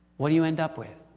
what do you end up with?